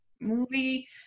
movie